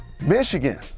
Michigan